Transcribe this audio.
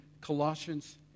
Colossians